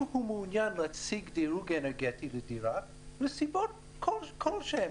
אם הוא מעוניין להציג דירוג אנרגטי לדירה מסיבות כל שהן,